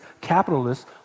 capitalists